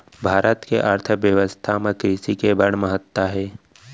भारत के अर्थबेवस्था म कृसि के बड़ महत्ता हे